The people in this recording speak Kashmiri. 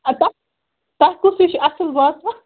تَتھ تۄہہِ کُس ہیوٗ چھُ اَصٕل باسان